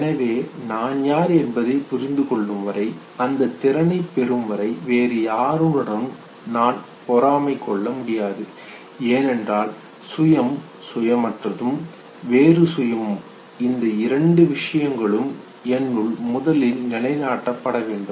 எனவே நான் யார் என்பதை புரிந்து கொள்ளும்வரை அந்த திறனைப் பெறும்வரை வேறு யாருடனும் நான் பொறாமை கொள்ள முடியாது ஏனென்றால் சுயம் சுயமற்றதும் வேறு சுயமும் இந்த இரண்டு விஷயங்களும் எனக்குள் முதலில் நிலைநாட்டப்பட வேண்டும்